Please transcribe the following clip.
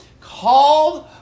called